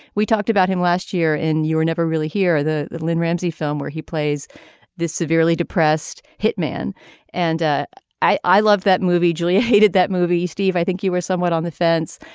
we talked about him last year and you were never really here. lynne ramsay film where he plays the severely depressed hitman and ah i i love that movie julia hated that movie steve i think you were somewhat on the fence.